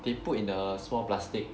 they put in the small plastic